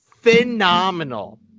phenomenal